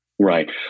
Right